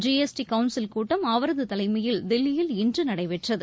G S T council கூட்டம் அவரது தலைமையில் தில்லியில் இன்று நடைபெற்றது